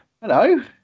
hello